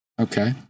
Okay